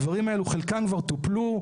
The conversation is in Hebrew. הדברים האלו, חלקם כבר טופלו.